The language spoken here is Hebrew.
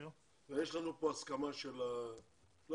יש לנו פה הסכמה של ה --- אני רוצה להגיד,